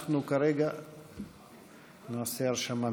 ואנחנו כרגע נעשה הרשמה מסודרת.